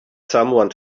someone